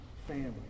family